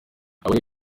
abari